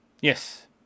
Yes